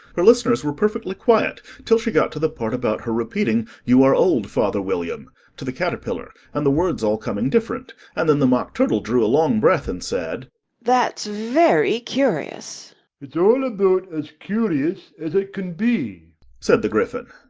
her listeners were perfectly quiet till she got to the part about her repeating you are old, father william to the caterpillar, and the words all coming different, and then the mock turtle drew a long breath, and said that's very curious it's all about as curious as it can be said the gryphon.